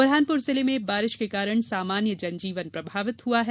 ब्रहानपुर जिले में बारिश के कारण सामान्य जनजीवन प्रभावित हुआ है